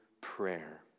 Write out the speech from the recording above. prayer